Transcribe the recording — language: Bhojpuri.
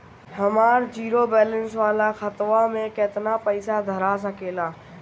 हमार जीरो बलैंस वाला खतवा म केतना पईसा धरा सकेला?